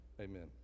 Amen